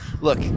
Look